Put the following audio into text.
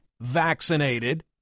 vaccinated